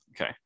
Okay